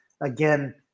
Again